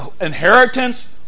inheritance